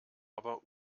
aber